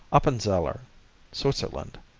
appenzeller switzerland,